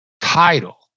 title